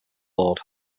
lord